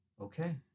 Okay